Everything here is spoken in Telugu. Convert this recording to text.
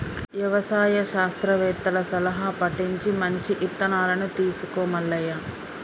యవసాయ శాస్త్రవేత్తల సలహా పటించి మంచి ఇత్తనాలను తీసుకో మల్లయ్య